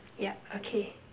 yup okay